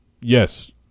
Yes –